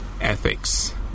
ethics